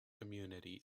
community